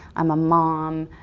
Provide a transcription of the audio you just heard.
i'm a mom,